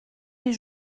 les